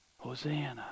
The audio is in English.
Hosanna